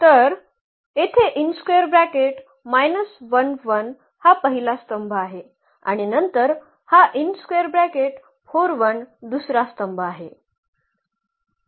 तर येथे हा पहिला स्तंभ आहे आणि नंतर हा दुसरा स्तंभ आहे